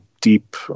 deep